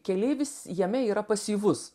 keleivis jame yra pasyvus